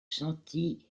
sentis